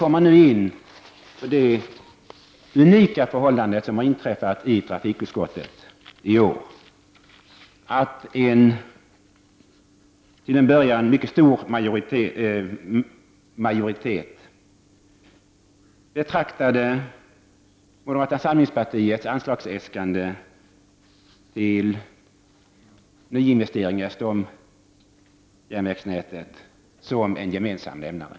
Så något om det unika förhållande som vi noterat i trafikutskottet i år, nämligen att en till en början mycket stor majoritet betraktade moderata samlingspartiets anslagsäskande när det gäller nyinvesteringar på stomjärnvägsnätet som en gemensam nämnare.